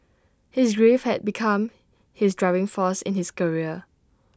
his grief had become his driving force in his career